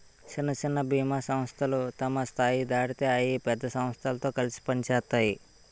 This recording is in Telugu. సిన్న సిన్న బీమా సంస్థలు తమ స్థాయి దాటితే అయి పెద్ద సమస్థలతో కలిసి పనిసేత్తాయి